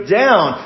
down